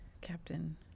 captain